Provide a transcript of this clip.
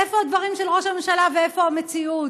איפה הדברים של ראש הממשלה ואיפה המציאות?